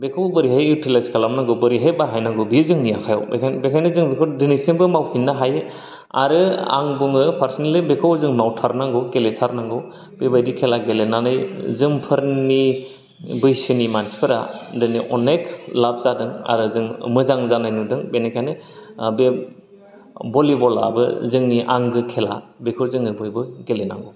बेखौ बोरैहाय इउटिलाइज खालामनांगौ बोरैहाय बाहायनांगौ बे जोंनि आखायाव बेखायनो बेखायनो जों बेखौ दिनैसिमबो मावफिननो हायो आरो आं बुङो पारसनेलि बेखौ जों मावथारनांगौ गेलेथारनांगौ बेबायदि खेला गेलेनानै जोंनि बैसोनि मानसिफोरा दिनै अनेख लाब जादों आरो जों मोजां जानाय नुदों बेनिखायनो बे बलिबलाबो जोंनि आंगो खेला बेखौ जोङो बयबो गेलेनांगौ